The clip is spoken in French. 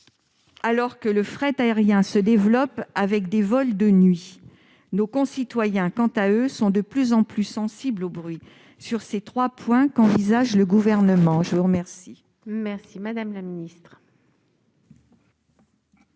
alors que le fret aérien se développe avec des vols de nuit. Or nos concitoyens sont de plus en plus sensibles au bruit. Sur ces trois points, qu'envisage le Gouvernement ? La parole est à Mme la ministre.